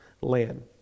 land